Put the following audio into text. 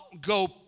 go